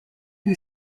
who